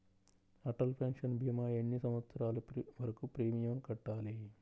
Atal pension భీమా ఎన్ని సంవత్సరాలు వరకు ప్రీమియం కట్టాలి?